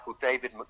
David